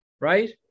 right